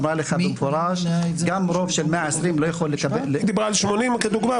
שאמרה לך במפורש: גם רוב של 120 לא יכול --- היא דיברה על 80 כדוגמה,